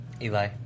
Eli